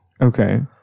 Okay